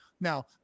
Now